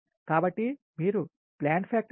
కాబట్టి మీరు plant factor 0